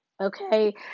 okay